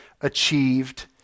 achieved